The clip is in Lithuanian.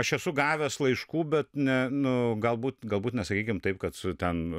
aš esu gavęs laiškų bet ne nu galbūt galbūt nesakykime taip kad su ten